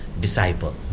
disciple